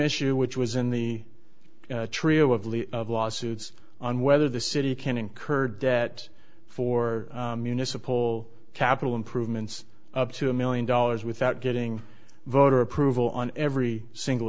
issue which was in the trio of lee of lawsuits on whether the city can incur debt for municipal capital improvements up to a million dollars without getting voter approval on every single